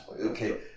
okay